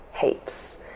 heaps